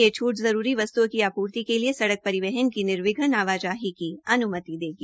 यह छूट जरूरी वस्तुओं की आपूर्ति के लिए सड़क परिवहन की निर्वघ्न आवाजाही की अनुमति देगी